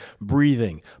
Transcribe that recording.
breathing